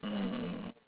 mm mm mm